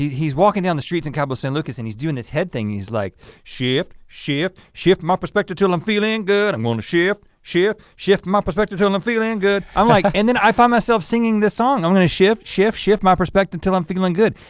he's walking down the streets in cabo san lucas and he's doing this head thing and he's like shift, shift, shift my perspective til i'm feeling good i'm gonna shift, shift, shift my perspective til and i'm feeling good like and then i find myself singing this song. i'm gonna shift, shift, shift my perspective til i'm feeling good.